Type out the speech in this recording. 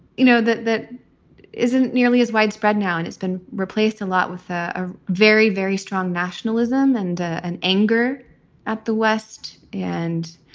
you know, that that isn't nearly as widespread now. and it's been replaced a lot with a very, very strong nationalism and an anger at the west and